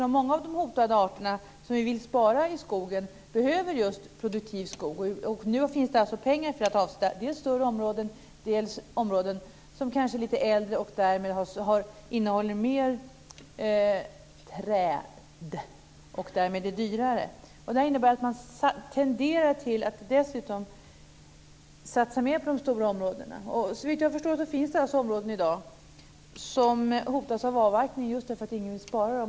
Många av de hotade arter som vi vill spara i skogen behöver just produktiv skog, och nu finns det pengar för att avsätta dels större områden, dels områden som kanske är lite äldre och därmed innehåller mer träd och därmed är dyrare. Det här innebär att man tenderar att satsa mer på de stora områdena. Såvitt jag förstår finns det områden i dag som hotas av avverkning just därför att ingen vill spara dem.